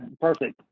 perfect